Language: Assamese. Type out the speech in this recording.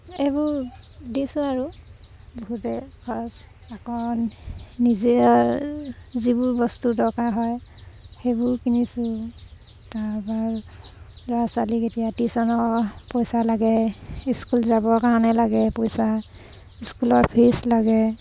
এইবোৰ দিছোঁ আৰু বহুতে ফাৰ্ষ্ট আকৌ নিজে যিবোৰ বস্তু দৰকাৰ হয় সেইবোৰ কিনিছোঁ তাৰপা ল'ৰা ছোৱালীক এতিয়া টিউশ্যনৰ পইচা লাগে স্কুল যাবৰ কাৰণে লাগে পইচা স্কুলৰ ফিজ লাগে